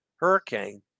Hurricane